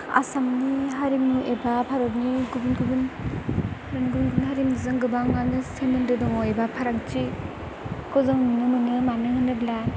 आसामनि हारिमु एबा भारतनि गुबुन गुबुन गुबुन गुबुन हारिमुजों गोबाङानो सोमोन्दो दङ एबा फारागथिखौ जों नुनो मोनो मानो होनोब्ला